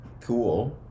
Cool